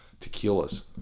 tequilas